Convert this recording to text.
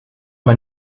man